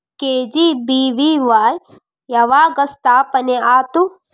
KGBVY ಯಾವಾಗ ಸ್ಥಾಪನೆ ಆತು?